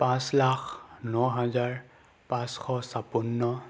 পাঁচ লাখ ন হাজাৰ পাঁচশ ছাপন্ন